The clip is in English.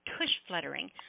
tush-fluttering